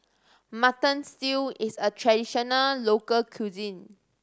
Mutton Stew is a traditional local cuisine